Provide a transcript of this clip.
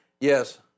Yes